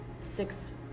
six